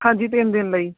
ਹਾਂਜੀ ਤਿੰਨ ਦਿਨ ਲਈ